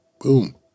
Boom